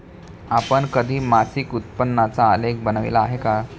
आपण कधी मासिक उत्पन्नाचा आलेख बनविला आहे का?